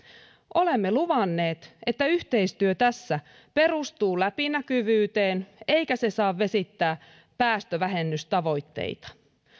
olemme luvanneet että yhteistyö tässä perustuu läpinäkyvyyteen eikä se saa vesittää päästövähennystavoitteita